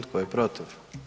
Tko je protiv?